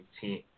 team